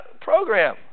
program